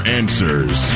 answers